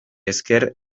esker